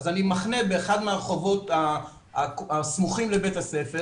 אז אני מחנה באחד הרחובות הסמוכים לבית הספר